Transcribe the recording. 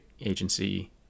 agency